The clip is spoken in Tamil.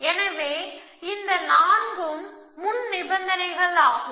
எனவே இந்த இந்த நான்கும் முன்நிபந்தனைகள் ஆகும்